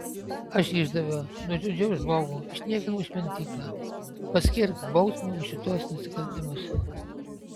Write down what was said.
aš išdaviau nužudžiau žmogų išniekinau šventyklą paskirk bausmę už šituos nusikaltimus